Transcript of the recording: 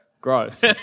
Gross